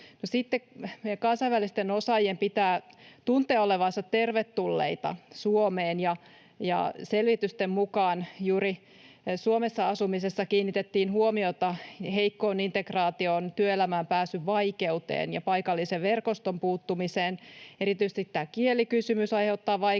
Sitten meidän kansainvälisten osaajien pitää tuntea olevansa tervetulleita Suomeen. Selvitysten mukaan Suomessa asumisessa kiinnitettiin huomiota juuri heikkoon integraatioon, työelämään pääsyn vaikeuteen ja paikallisen verkoston puuttumiseen. Erityisesti kielikysymys aiheuttaa vaikeuksia,